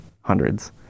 hundreds